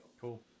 Cool